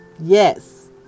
Yes